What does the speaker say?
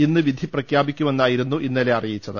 ഇന്ന് വിധി പ്രഖ്യാപിക്കുമെന്നാ യിരുന്നു ഇന്നലെ അറിയിച്ചത്